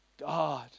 God